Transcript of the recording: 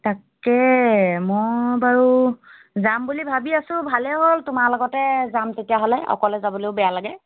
তাকে মই বাৰু যাম বুলি ভাবি আছোঁ ভালেই হ'ল তোমাৰ লগতে যাম তেতিয়াহ'লে অকলে যাবলৈও বেয়া লাগে